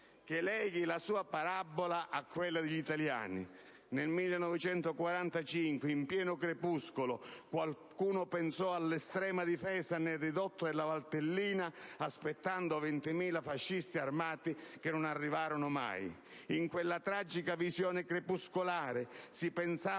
che leghi la sua parabola a quella degli italiani. Nel 1945, in pieno crepuscolo, qualcuno pensò all'estrema difesa nel Ridotto della Valtellina aspettando 20.000 fascisti armati che non arrivarono mai. In quella tragica visione crepuscolare si pensava